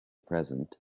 present